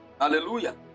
Hallelujah